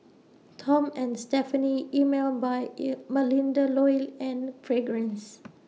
Tom and Stephanie Emel By E Melinda Looi and Fragrance